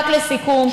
רק לסיכום,